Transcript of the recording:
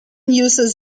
uses